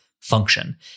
function